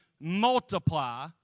multiply